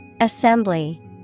Assembly